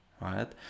right